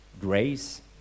grace